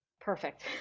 Perfect